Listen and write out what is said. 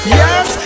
yes